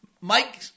Mike